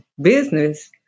business